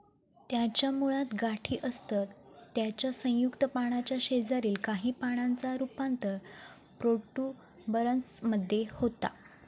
त्याच्या मुळात गाठी असतत त्याच्या संयुक्त पानाच्या शेजारील काही पानांचा रूपांतर प्रोट्युबरन्स मध्ये होता